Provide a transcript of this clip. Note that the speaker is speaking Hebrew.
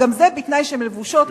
וגם זה בתנאי שהן לבושות כמו שצריך.